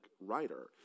writer